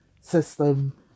system